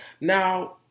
Now